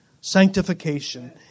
Sanctification